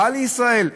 רע לישראל?